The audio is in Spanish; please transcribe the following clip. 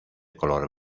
color